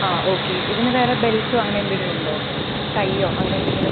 ആ ഓക്കേ ഇതിന് വേറെ ബെൽറ്റോ അങ്ങനെ എന്തെങ്കിലുമുണ്ടോ ടൈയോ അങ്ങനെ എന്തെങ്കിലും